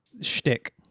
shtick